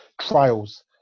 trials